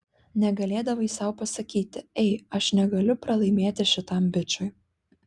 negalėdavai sau pasakyti ei aš negaliu pralaimėti šitam bičui